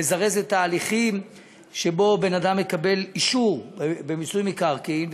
לזרז את ההליכים שבהם בן-אדם מקבל אישור במיסוי מקרקעין,